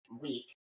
week